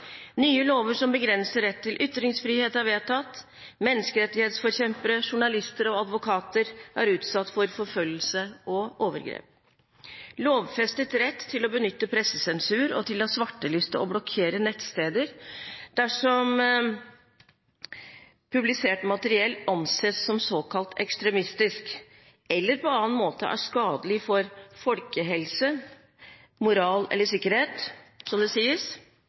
Nye lover som begrenser rett til ytringsfrihet, er vedtatt. Menneskerettighetsforkjempere, journalister og advokater er utsatt for forfølgelse og overgrep. Lovfestet rett til å benytte pressesensur og til å svarteliste og blokkere nettsteder dersom publisert materiell anses som såkalt ekstremistisk eller på annen måte er skadelig for folkehelsen, moral eller sikkerhet – som det sies